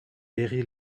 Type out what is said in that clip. herri